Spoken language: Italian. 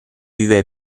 vive